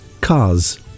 Cars